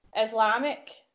Islamic